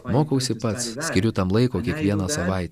mokausi pats skiriu tam laiko kiekvieną savaitę